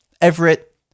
Everett